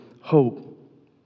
hope